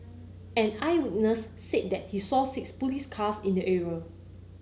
an eyewitness said that he saw six police cars in the area